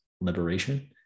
liberation